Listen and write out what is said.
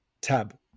tab